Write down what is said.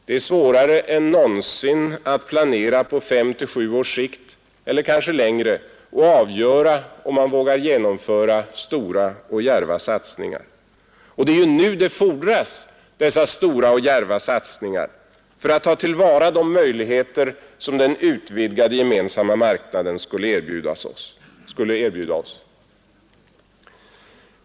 Det är svårare än någonsin att planera på fem å sju års sikt eller kanske längre och avgöra om man vågar genomföra stora och djärva satsningar. Och det är nu det fordras stora och djärva satsningar för att ta till vara de möjligheter som den utvidgade gemensamma marknaden skulle erbjuda oss.